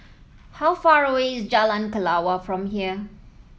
how far away is Jalan Kelawar from here